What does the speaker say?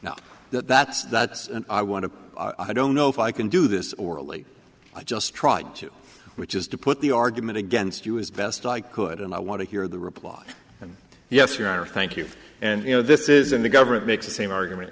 now that's that's an i want to i don't know if i can do this orally i just tried to which is to put the argument against you as best i could and i want to hear the reply and yes your honor thank you and you know this isn't the government makes the same argument